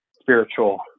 spiritual